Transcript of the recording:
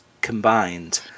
combined